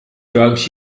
drugs